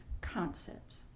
concepts